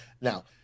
Now